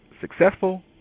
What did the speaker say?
successful